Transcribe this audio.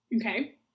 Okay